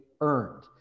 earned